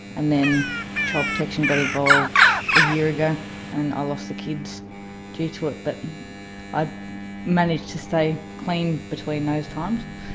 and then child protection got involved a year ago and i ah lost the kids due to it. but i managed to stay clean between those times.